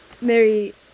Mary